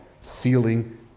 feeling